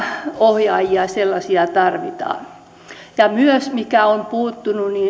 ohjaajia tarvitaan myös mikä on puuttunut